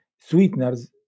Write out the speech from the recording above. sweeteners